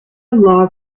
law